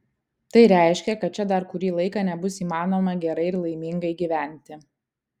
tai reiškia kad čia dar kurį laiką nebus įmanoma gerai ir laimingai gyventi